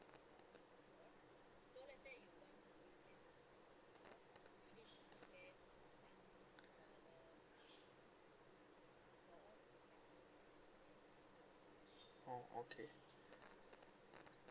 oh okay